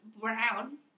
brown